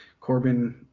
Corbin